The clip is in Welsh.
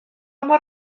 mor